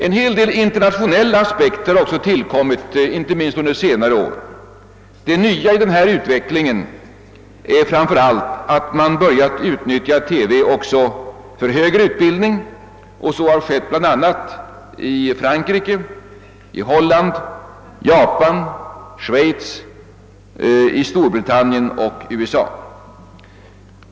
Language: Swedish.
En hel del internationella aspekter har också tillkommit, inte minst under senare år. Det nya i utvecklingen är framför allt att man börjat utnyttja TV också för högre utbildning. Så har skett bl.a. i Frankrike, Holland, Japan, Schweiz, Storbritannien och USA.